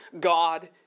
God